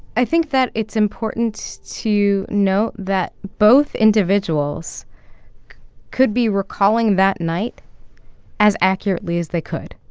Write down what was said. i think that it's important to note that both individuals could be recalling that night as accurately as they could.